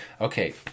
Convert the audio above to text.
okay